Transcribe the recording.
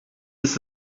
ist